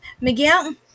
Miguel